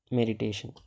meditation